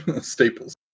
staples